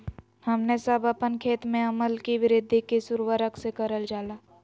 हमने सब अपन खेत में अम्ल कि वृद्धि किस उर्वरक से करलजाला?